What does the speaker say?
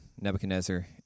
Nebuchadnezzar